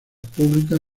públicas